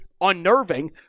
unnerving